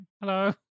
hello